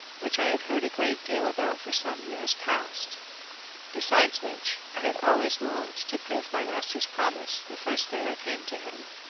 which i had heard a great deal about for some years past besides which, i had always longed to prove my master's promise the first day i came to him.